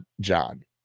John